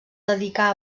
dedicà